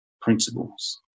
principles